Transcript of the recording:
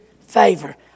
favor